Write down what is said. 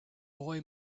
boy